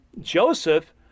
joseph